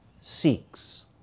seeks